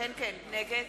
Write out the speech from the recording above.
נגד